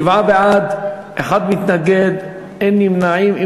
שבעה בעד, אחד מתנגד, אין נמנעים.